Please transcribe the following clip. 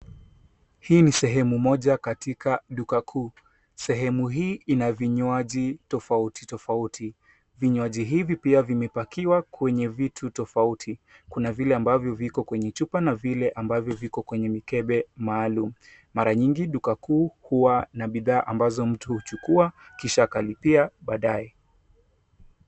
Hii ni sehemu moja katika duka kuu. Sehemu hii ina vinywaji tofautitofauti. Vinywaji hivi pia vimepakiwa kwenye vitu tofauti. Kuna vile ambavyo viko kwenye chupa na vile ambavyo viko kwenye mikebe maalum. Mara nyingi duka kuu huwa na bidhaa ambazo mtu huchukua kisha akali[ia baadae.